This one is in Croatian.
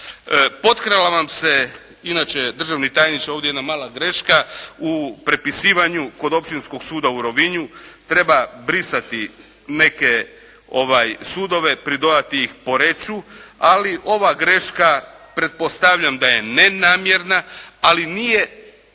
Potkrala vam se inače državni tajniče jedna mala greška u prepisivanju kod Općinskog suda u Rovinju. Treba brisati neke sudove, pridodati ih Poreču, ali ova greška pretpostavljam da je nenamjerna, ali nije